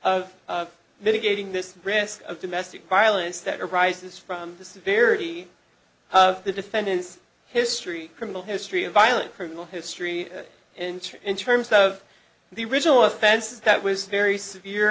of mitigating this risk of domestic violence that arises from the severity of the defendant's history criminal history a violent criminal history and in terms of the original offenses that was very severe